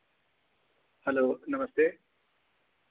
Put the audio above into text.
hello नमस्ते